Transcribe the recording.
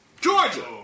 Georgia